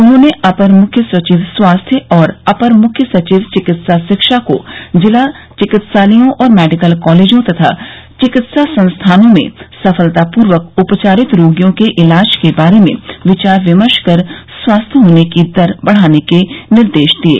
उन्होंने अपर मृख्य सचिव स्वास्थ्य और अपर मृख्य सचिव चिकित्सा शिक्षा को जिलाचिकित्सालयों और मेडिकल कॉलेजों तथा चिकित्सा संस्थानों में सफलतापूर्वक उपचारित रोगियों के इलाज के बारे में विचार विमर्श कर स्वस्थ होने की दर बढ़ाने के निर्देश दिये